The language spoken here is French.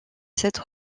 sept